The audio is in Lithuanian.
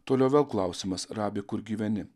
toliau vėl klausimas rabi kur gyveni